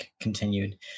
continued